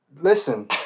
listen